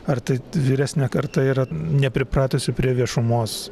ar ta vyresnė karta yra nepripratusi prie viešumos